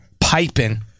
piping